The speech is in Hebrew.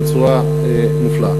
בצורה מופלאה.